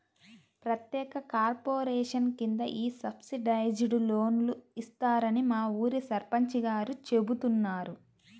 ప్రత్యేక కార్పొరేషన్ కింద ఈ సబ్సిడైజ్డ్ లోన్లు ఇస్తారని మా ఊరి సర్పంచ్ గారు చెబుతున్నారు